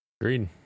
agreed